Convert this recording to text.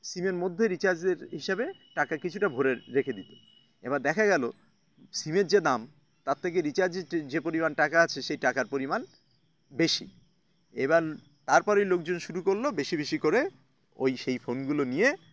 সিমের মধ্যে রিচার্জের হিসাবে টাকা কিছুটা ভরে রেখে দিতো এবার দেখা গেল সিমের যে দাম তার থেকে রিচার্জের যে পরিমাণ টাকা আছে সেই টাকার পরিমাণ বেশি এবার তারপরে লোকজন শুরু করলো বেশি বেশি করে ওই সেই ফোনগুলো নিয়ে